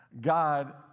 God